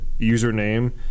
username